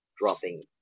dropping